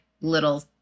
little